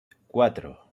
cuatro